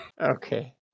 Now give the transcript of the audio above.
Okay